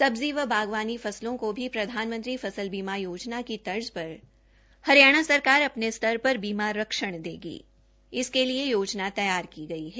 सब्जी व बागवानी फस्लों को भी प्रधानमंत्री बीमा योजना की तर्ज पर हरियाणा सरकार अपने स्तर पर बीमा रक्षण देगी इसके लिए योजना तैयार की गई है